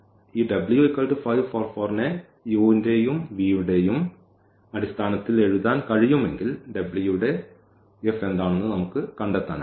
ഈ നെ നമുക്ക് ഈ u യുടെയും v യുടെയും അടിസ്ഥാനത്തിൽ എഴുതാൻ കഴിയുമെങ്കിൽ w യുടെ F എന്താണെന്ന് നമുക്ക് കണ്ടെത്താനാകും